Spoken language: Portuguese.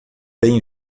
bem